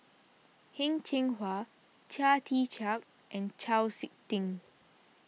Heng Cheng Hwa Chia Tee Chiak and Chau Sik Ting